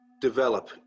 develop